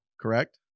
correct